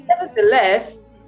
nevertheless